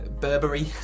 Burberry